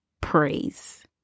praise